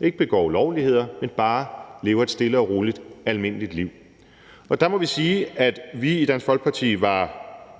ikke begår ulovligheder, men bare lever et stille og roligt almindeligt liv. Der må vi sige, at vi i Dansk Folkeparti var